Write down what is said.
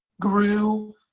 grew